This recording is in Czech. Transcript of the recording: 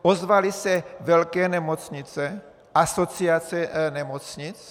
Ozvaly se velké nemocnice, asociace nemocnic?